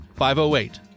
508